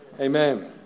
Amen